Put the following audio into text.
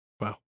Wow